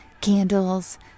Candles